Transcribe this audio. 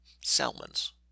Salmons